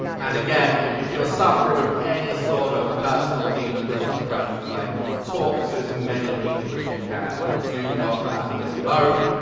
and again if you're suffering with any sort of personal demons or depression, like talk to as many people as you can like do not battle it alone.